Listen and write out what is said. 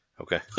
Okay